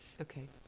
okay